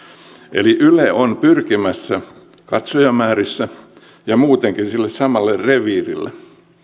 eli yle on pyrkimässä katsojamäärissä ja muutenkin sille samalle reviirille